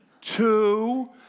two